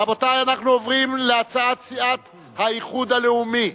רבותי, אנחנו עוברים להצעת סיעת האיחוד הלאומי.